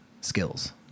skills